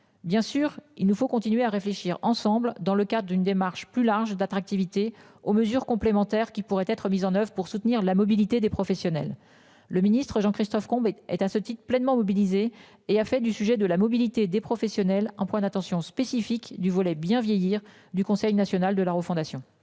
Bien sûr, il nous faut continuer à réfléchir ensemble dans le cadre d'une démarche plus large d'attractivité aux mesures complémentaires qui pourraient être mises en oeuvre pour soutenir la mobilité des professionnels. Le ministre Jean-Christophe Combe est à ce titre pleinement mobilisée et a fait du sujet de la mobilité des professionnels en point d'intention spécifique du volet bien vieillir du Conseil national de la refondation.